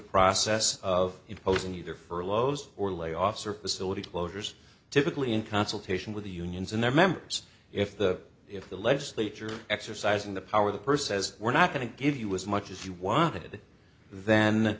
process of imposing either furloughs or layoffs or facility closures typically in consultation with the unions and their members if the if the legislature exercising the power of the purse as we're not going to give you as much as you wanted